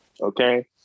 okay